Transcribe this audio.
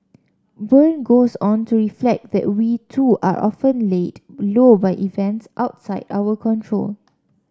burn goes on to reflect that we too are often laid low by events outside our control